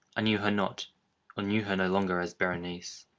knew her not or knew her no longer as berenice.